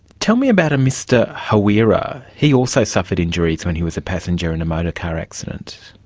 tell me about a mr hawira. he also suffered injuries when he was a passenger in a motor car accident.